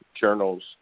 Journal's